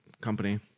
company